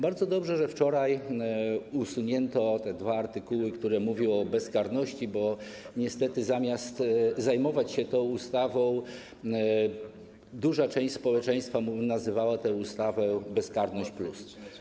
Bardzo dobrze, że wczoraj usunięto te dwa artykuły, które mówią o bezkarności, bo niestety zamiast zajmować się tą ustawą, duża część społeczeństwa nazywała ją: bezkarność+.